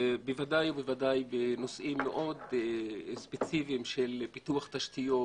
ודאי בנושאים מאוד ספציפיים של פיתוח תשתיות,